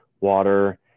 water